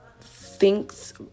thinks